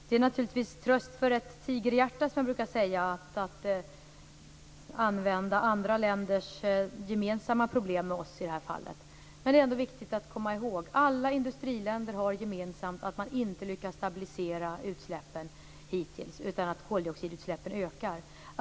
Det är tröst för ett tigerhjärta, som jag brukar säga, att peka på att andra länder har samma problem som vi, men det är ändå viktigt att komma ihåg att inga industriländer hittills har lyckats stabilisera utsläppen. Koldioxidutsläppen ökar.